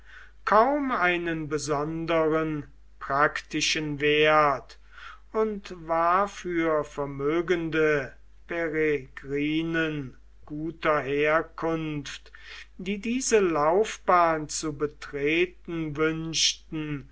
kaum einen besonderen praktischen wert und war für vermögende peregrinen guter herkunft die diese laufbahn zu betreten wünschten